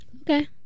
Okay